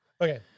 Okay